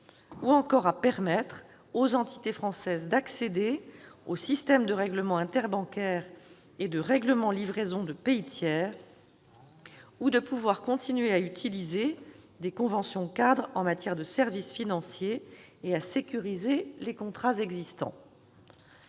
du Royaume-Uni, aux entités françaises d'accéder aux systèmes de règlement interbancaire et de règlement livraison de pays tiers ou de continuer à utiliser des conventions-cadres en matière de services financiers et à sécuriser les contrats existants.